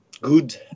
good